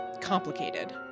complicated